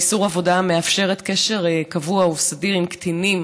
(איסור עבודה המאפשרת קשר קבוע או סדיר עם קטינים,